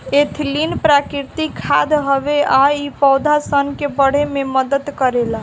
ethylene प्राकृतिक खाद हवे आ इ पौधा सन के बढ़े में मदद करेला